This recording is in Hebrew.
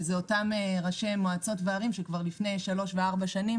אלה אותם ראשי מועצות וערים שלפני שלוש וארבע שנים